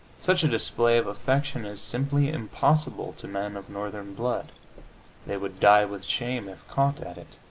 such a display of affection is simply impossible to men of northern blood they would die with shame if caught at it.